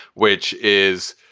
which is